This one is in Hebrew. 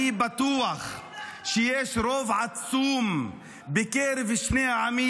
אני בטוחה שיש רוב עצום בקרב שני העמים